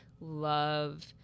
love